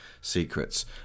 secrets